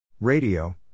Radio